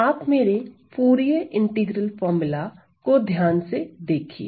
आप मेरे Fourier integral formula को ध्यान से देखिए